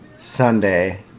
Sunday